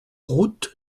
route